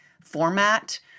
format